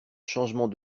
changement